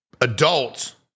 adults